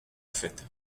fête